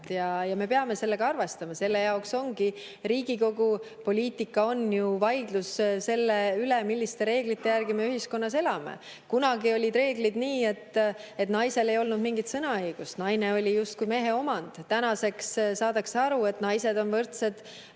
Ja me peame sellega arvestama. Selle jaoks ongi Riigikogu, poliitika on ju vaidlus selle üle, milliste reeglite järgi me ühiskonnas elame. Kunagi olid reeglid sellised, et naisel ei olnud mingit sõnaõigust, naine oli justkui mehe omand, tänaseks saadakse aru, et naised on võrdsed